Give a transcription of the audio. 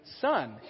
Son